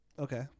Okay